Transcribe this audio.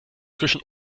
zwischen